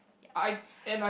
yup